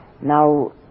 Now